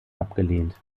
abgelehnt